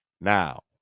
now